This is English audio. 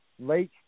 Lake